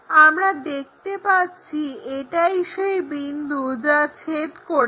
আমরা দেখতে পাচ্ছি এটাই সেই বিন্দু যা ছেদ করেছে